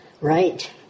Right